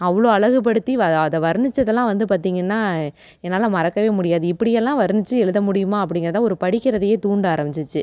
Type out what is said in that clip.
அவ்வளோ அழகுப்படுத்தி வ அதை வர்ணிச்சதெல்லாம் வந்து பார்த்தீங்கன்னா என்னால் மறக்கவே முடியாது இப்படி எல்லா வர்ணிச்சு எழுத முடியுமா அப்படிங்கிறது தான் ஒரு படிக்கிறதையே தூண்ட ஆரமிச்சிச்சி